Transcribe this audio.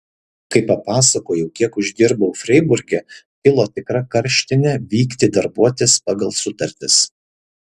kai papasakojau kiek uždirbau freiburge kilo tikra karštinė vykti darbuotis pagal sutartis